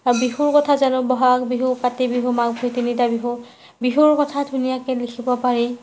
বিহুৰ কথা জানো বহাগ বিহু কাতি বিহু মাঘ বিহু তিনিটা বিহু বিহুৰ কথা ধুনীয়াকৈ লিখিব পাৰি